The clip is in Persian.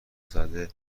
زده